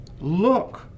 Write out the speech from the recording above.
Look